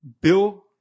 Bill